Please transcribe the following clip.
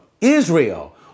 Israel